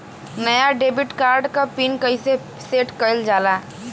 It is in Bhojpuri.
नया डेबिट कार्ड क पिन कईसे सेट कईल जाला?